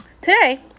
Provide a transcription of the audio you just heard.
today